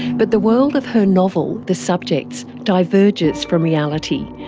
but the world of her novel the subjects diverges from reality,